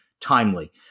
timely